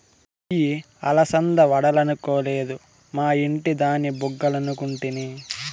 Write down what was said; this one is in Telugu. ఇయ్యి అలసంద వడలనుకొలేదు, మా ఇంటి దాని బుగ్గలనుకుంటిని